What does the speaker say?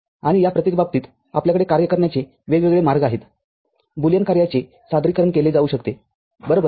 आणि या प्रत्येक बाबतीत आपल्याकडे कार्य करण्याचे वेगवेगळे मार्ग आहेत बुलियन कार्याचे सादरीकरण केले जाऊ शकते बरोबर